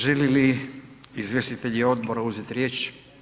Želi li izvjestitelji odbora uzet riječ?